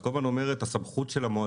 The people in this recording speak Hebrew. את כל הזמן אומרת הסמכות של המועצה,